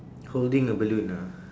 holding a balloon ah